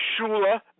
Shula